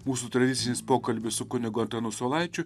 mūsų tradicinis pokalbis su kunigu antanu saulaičiu